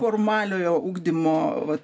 formaliojo ugdymo vat